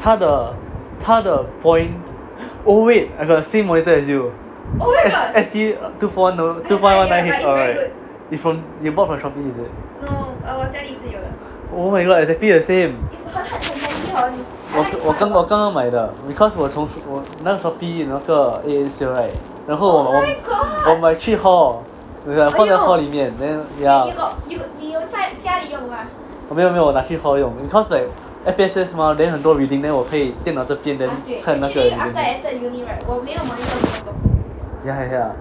他的他的 point oh wait I got the same monitor as you S_C two four one two five one nine H_R right you from you bought from Shopee is it oh my god exactly the same 我刚我刚刚买的 because 我从那个 Shopee A_A sale right 然后我买去 hall 我放在 hall 里面我没有没 because like F_S_S mah then 很多 reading then 我可以电脑这边 then 看那个 reading ya ya ya